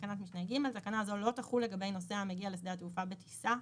תקנה זו לא תחול לגבי נוסע המגיע לשדה התעופה בטיסה.".